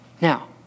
Now